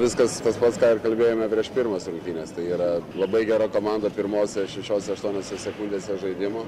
viskas tas pats ką ir kalbėjome prieš pirmas rungtynes tai yra labai gera komanda pirmose šešiose aštuoniose sekundėse žaidimo